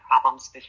problems